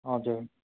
हजुर